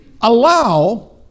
allow